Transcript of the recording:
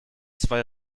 zwei